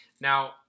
Now